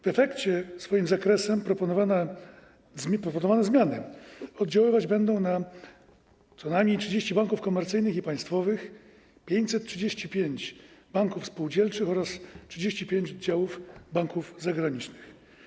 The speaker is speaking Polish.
W efekcie swoim zakresem proponowane zmiany oddziaływać będą na co najmniej 30 banków komercyjnych i państwowych, 535 banków spółdzielczych oraz 35 oddziałów banków zagranicznych.